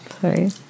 sorry